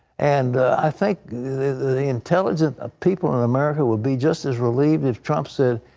and i think the intelligent ah people in america would be just as relieved if trump said,